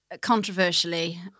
Controversially